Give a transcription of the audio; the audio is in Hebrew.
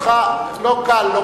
לא קל.